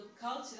culture